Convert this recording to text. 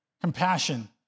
compassion